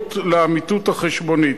האחריות לאמיתות החשבונית.